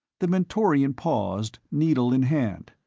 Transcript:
the mentorian paused, needle in hand.